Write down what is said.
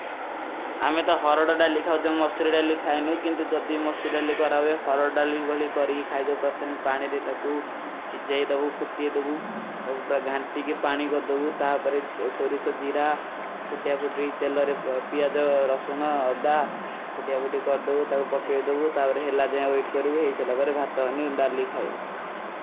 ଆମେ ତୋ ହରଡା ଡାଲୀ କହାଓ, ଜବ ମସ୍ତେରୀ ଡାଲୀ ଖାଯେ ନୁ, କିଂଟର ଜଦୀ ମସ୍ତେରୀ ଡାଲୀ କରାଓ। ହରଡା ଡାଲୀ ଗଈ ଖାଯୀ ଦୋ ପ୍ରତମା, ପାନେ ନେ ତକ କୁଛ ସିଜାଈ ଦୋଭୂ, ଫୁଟ୍ତିଯ ଦୋଭୂ, ତକ ଗାଂଟୀ କୀ ପାନୀ ଗଈ ଦୋଭୂ। ତା ପର ସୋରୀଶା, ଜୀରା, ଫୁଟ୍ଯା-ଫୁଟ୍ଯୀ ତେଲ ଔର ପ୍ଯାଜା, ରସୋନ, ହଦ୍ଦା ଫୁଟ୍ଯା-ଫୁଟ୍ଯୀ କର ଦୋଗୀ। ତା ପକେ ଦୋଗୀ, ତା ପର ହେଲା ଜାଏଁ ଵୈଟ କରୋଗୀ ହୈ ଛଲା ବାରେ ଭାତ ଥୋନେ ଉନ ଡାଲୀ ଖାଯୋ।